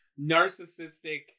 narcissistic